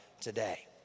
today